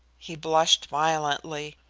he blushed violently.